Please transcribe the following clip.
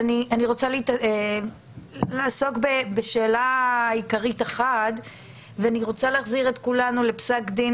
אני רוצה לעסוק בשאלה עיקרית אחת ואני רוצה להחזיר את כולנו פסק דין